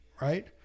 right